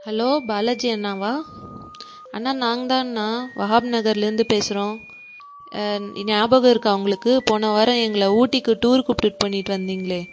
hello Balaji அண்ணாவா அண்ணா நாங்கள்தான் அண்ணா வஹாப் நகர்லேருந்து பேசுகிறோம் ஞாபகம் இருக்கா உங்களுக்கு போனவாரம் எங்களை ஊட்டிக்கு டூர் கூப்பிடுட்டு பண்ணிட்டு வந்திங்களே